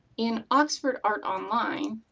in oxford art online